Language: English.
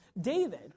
David